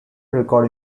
record